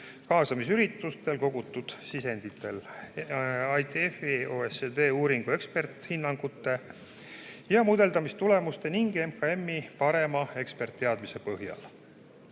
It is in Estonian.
kaasamisüritustel kogutud sisendite, ITF-i ja OECD uuringu eksperthinnangute ja mudeldamistulemuste ning MKM-i parema eksperditeadmise põhjal.